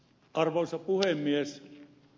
arvoisa puhemies